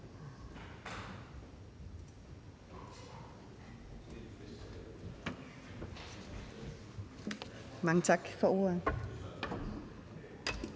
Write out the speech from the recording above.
Mange tak for ordet,